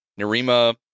Narima